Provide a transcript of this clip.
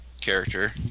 character